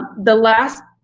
the last